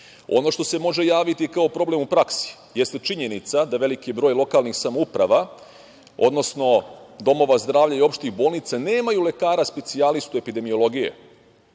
Ono što se može javiti kao problem u praksi jeste činjenica da veliki broj lokalnih samouprava, odnosno domova zdravlja i opštih bolnica nema lekara specijalistu epidemiologije,